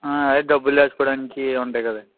డబ్బులు వేసుకోవడానికి ఉంటాయి కదా